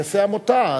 יעשה עמותה.